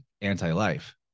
anti-life